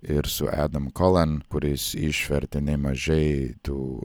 ir su edam kolan kuris išvertė nemažai tų